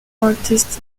artists